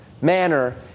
manner